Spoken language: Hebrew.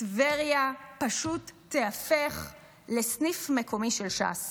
טבריה פשוט תיהפך לסניף מקומי של ש"ס